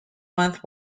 month